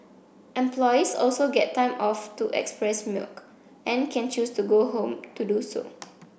employees also get time off to express milk and can choose to go home to do so